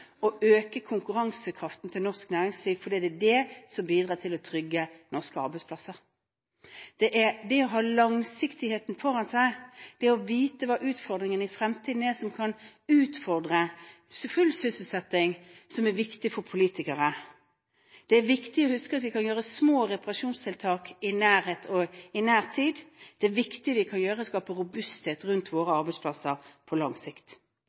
å øke konkurransekraften til norsk næringsliv fordi det er det som bidrar til å trygge norske arbeidsplasser. Det er det å ha langsiktigheten foran seg – det å vite hva utfordringene i fremtiden er, som kan utfordre full sysselsetting – som er viktig for politikere. Det er viktig å huske at vi kan gjøre små reparasjonstiltak i nærhet og i nær tid. Det viktige vi kan gjøre, er å skape robusthet rundt våre arbeidsplasser på lang sikt.